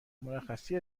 مرخصی